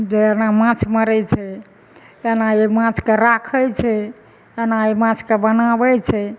जे एना माँछ मारै छै एना एहि माँछके राखै छै एना एहि माँछके बनाबै छै